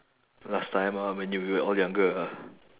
last time ah when you were all younger ah